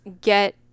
get